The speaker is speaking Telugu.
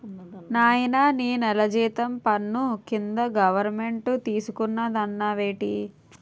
నాయనా నీ నెల జీతం పన్ను కింద గవరమెంటు తీసుకున్నాదన్నావేటి